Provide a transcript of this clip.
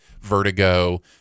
Vertigo